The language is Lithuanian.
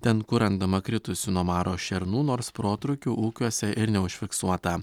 ten kur randama kritusių nuo maro šernų nors protrūkių ūkiuose ir neužfiksuota